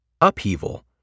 Upheaval